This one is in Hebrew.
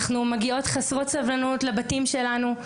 אנחנו מגיעות חסרות סבלנות לבתים שלנו.